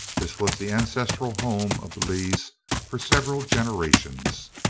this was the ancestral home of the lees for several generations.